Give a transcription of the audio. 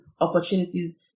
opportunities